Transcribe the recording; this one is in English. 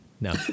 No